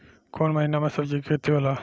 कोउन महीना में सब्जि के खेती होला?